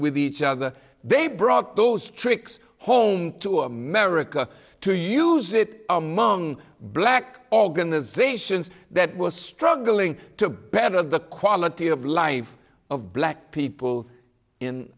with each other they brought those tricks home to america to use it among black organizations that was struggling to better the quality of life of black people in